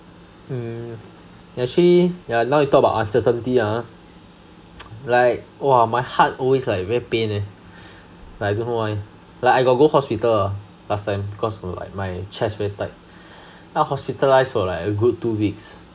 mm actually yeah now you talk about uncertainty ah like !wah! my heart always like very pain leh but I don't know why like I got go hospital lah last time because of my my chest very tight then I hospitalised for like a good two weeks